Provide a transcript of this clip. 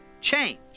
change